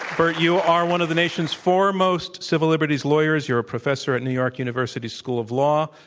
burt, you are one of the nation's foremost civil liberties lawyers. you're a professor at new york university's school of law.